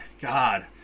God